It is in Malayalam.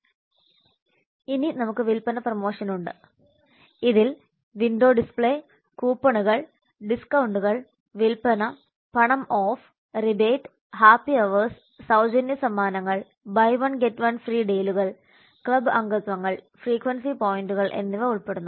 ഇനി നമുക്ക് വിൽപ്പന പ്രമോഷൻ ഉണ്ട് ഇതിൽ വിൻഡോ ഡിസ്പ്ലേ കൂപ്പണുകൾ ഡിസ്കൌണ്ടുകൾ വിൽപ്പന പണം ഓഫ് റിബേറ്റ് ഹാപ്പി അവേഴ്സ് സൌജന്യ സമ്മാനങ്ങൾ buy one get one free ഡീലുകൾ ക്ലബ് അംഗത്വങ്ങൾ ഫ്രീക്വൻസി പോയിന്റുകൾ എന്നിവ ഉൾപ്പെടുന്നു